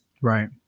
Right